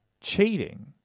cheating